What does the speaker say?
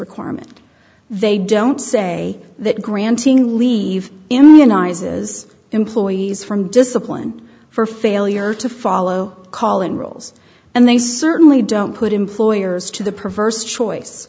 requirement they don't say that granting leave indian ises employees from discipline for failure to follow calling rules and they certainly don't put employers to the perverse choice